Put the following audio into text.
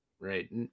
right